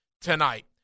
tonight